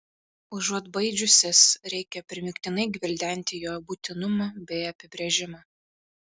užuot baidžiusis reikia primygtinai gvildenti jo būtinumą bei apibrėžimą